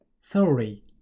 Sorry